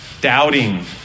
doubting